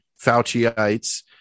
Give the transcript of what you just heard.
Fauciites